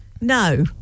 No